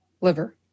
liver